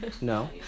No